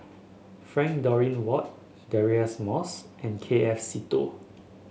Frank Dorrington Ward Deirdre Moss and K F Seetoh